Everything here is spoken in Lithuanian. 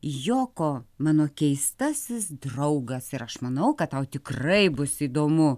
joko mano keistasis draugas ir aš manau kad tau tikrai bus įdomu